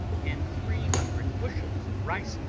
and three hundred bushels of rice,